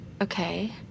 Okay